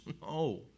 No